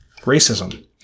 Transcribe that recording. racism